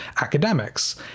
academics